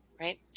Right